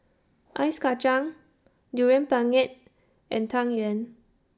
Ice Kachang Durian Pengat and Tang Yuen